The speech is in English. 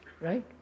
right